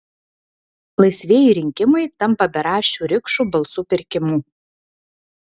laisvieji rinkimai tampa beraščių rikšų balsų pirkimu